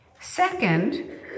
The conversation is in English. Second